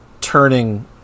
turning